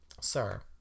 Sir